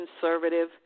conservative